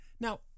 Now